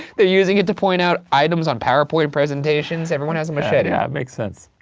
they're using it to point out items on powerpoint presentations. everyone has a machete. yeah, it makes sense.